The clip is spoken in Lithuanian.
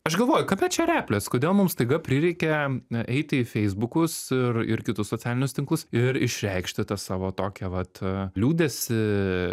aš galvoju kame čia replės kodėl mums staiga prireikia na eiti į feisbukus ir ir kitus socialinius tinklus ir išreikšti tą savo tokią vat liūdesį